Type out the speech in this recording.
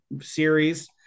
series